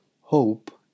Hope